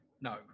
no